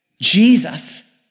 Jesus